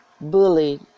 bullied